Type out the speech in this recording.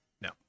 no